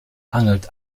angelt